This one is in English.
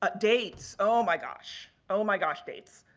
ah dates, oh my gosh. oh my gosh dates.